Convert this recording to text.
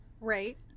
right